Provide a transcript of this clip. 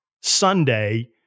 Sunday